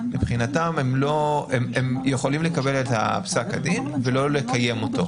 מבחינתם הם יכולים לקבל את הפסק הדין ולא לקיים אותו.